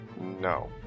No